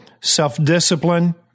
self-discipline